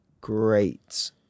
great